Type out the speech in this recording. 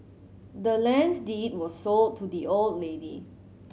the land's deed was sold to the old lady